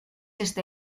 este